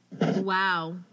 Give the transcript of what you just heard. Wow